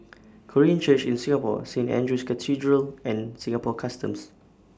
Korean Church in Singapore Saint Andrew's Cathedral and Singapore Customs